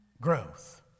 growth